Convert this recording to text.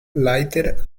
lighter